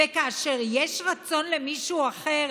וכאשר יש רצון למישהו אחר,